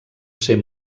ser